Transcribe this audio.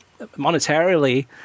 monetarily